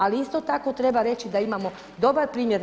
Ali isto tako treba reći da imamo dobar primjer.